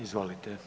Izvolite.